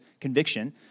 conviction